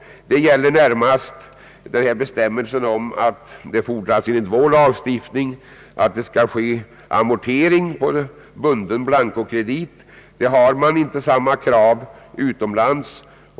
Enligt vår lagstiftning fordras att amortering skall ske på bunden blancokredit. Samma krav har man inte utomlands.